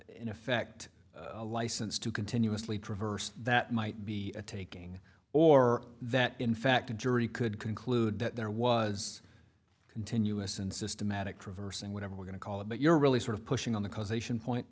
in effect a license to continuously traverse that might be a taking or that in fact a jury could conclude that there was continuous and systematic traversing whatever we're going to call it but you're really sort of pushing on the causation point